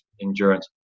endurance